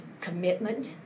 commitment